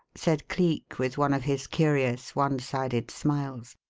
said cleek with one of his curious, one-sided smiles.